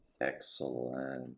Excellent